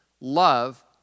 Love